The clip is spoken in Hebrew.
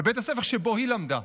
בבית הספר שבו היא למדה,